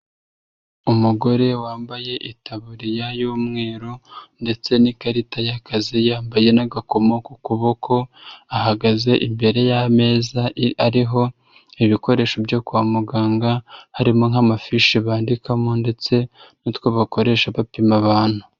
Umugore wambaye itaburiya y'umweru ndetse n'ikarita y'akazi yambaye n'agakoma ku kuboko, ahagaze imbere y'ameza ariho ibikoresho byo kwa muganga, harimo nk'amafishi bandikamo ndetse n'utwo bakoresha bapima abantu.